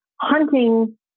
hunting